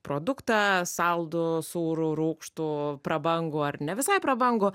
produktą saldų sūrų rūgštų prabangų ar ne visai prabangų